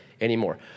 anymore